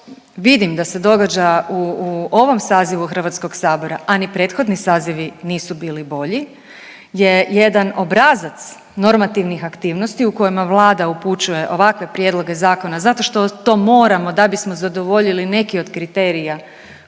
vidim da se događa u ovom sazivu Hrvatskog sabora, a ni prethodni sazivi nisu bili bolji je jedan obrazac normativnih aktivnosti u kojima Vlada upućuje ovakve prijedloge zakona zato što to moramo da bismo zadovoljili neke od kriterija